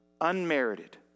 Unmerited